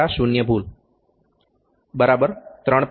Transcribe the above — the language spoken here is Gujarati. આર શૂન્ય ભૂલ 3